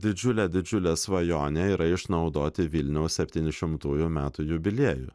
didžiulė didžiulė svajonė yra išnaudoti vilniaus septyni šimtųjų metų jubiliejų